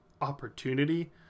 opportunity